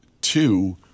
two